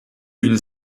une